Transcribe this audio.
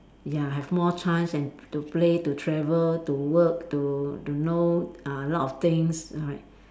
ya have more chance and to play to travel to work to to know uh a lot of things right